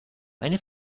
meine